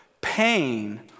pain